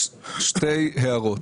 שתי הערות.